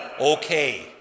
okay